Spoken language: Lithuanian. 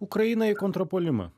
ukrainą į kontrpuolimą